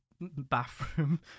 bathroom